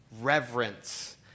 reverence